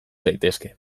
daitezke